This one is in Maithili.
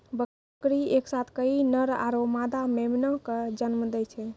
बकरी एक साथ कई नर आरो मादा मेमना कॅ जन्म दै छै